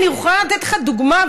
אני יכולה לתת לך דוגמה,